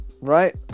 right